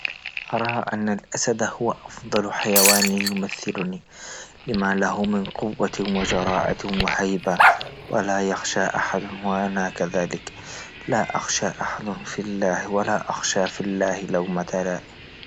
أرى أن أسد هو أفضل حيوان يمثلني، لما له من قوة وجراءة وهيبة ولا يخشى أحد وأنا كذلك، لا أخشى أحد في الله ولا أخشى في الله لومة لائم.